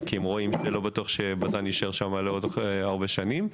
כי הם מבינים שבז"ן לא תישאר שם לעוד הרבה שנים.